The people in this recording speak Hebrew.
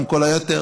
גם כל היתר,